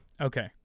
Okay